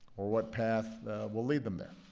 or what path will lead them there.